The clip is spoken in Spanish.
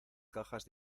cajas